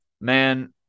man